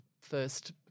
first